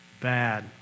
bad